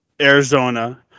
Arizona